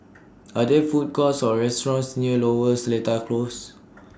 Are There Food Courts Or restaurants near Lower Seletar Close